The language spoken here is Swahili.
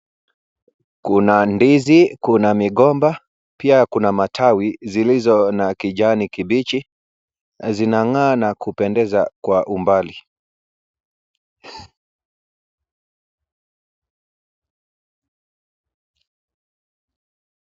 Kuna ndizi, kuna migomba pia kuna matawi zilizo na kijani kibichi, na zinang'aa na kupendeza kwa umbali.